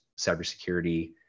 cybersecurity